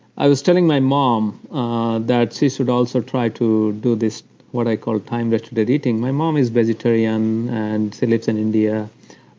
i was telling my mom ah that she should also try to do this what i called time-restricted eating. my mom is vegetarian, and she lives in india.